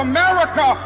America